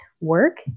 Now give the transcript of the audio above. work